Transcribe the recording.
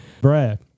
Brad